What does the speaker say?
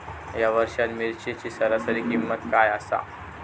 या वर्षात मिरचीची सरासरी किंमत काय आसा?